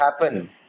happen